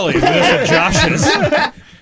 Josh's